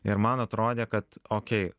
ir man atrodė kad okei